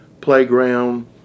playground